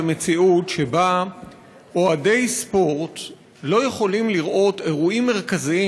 במציאות שבה אוהדי ספורט לא יכולים לראות אירועים מרכזיים,